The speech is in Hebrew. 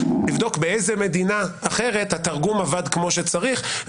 תבדוק באיזה מדינה אחרת התרגום עבד כמו שצריך,